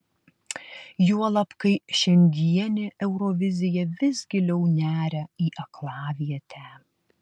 juolab kai šiandienė eurovizija vis giliau neria į aklavietę